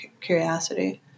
curiosity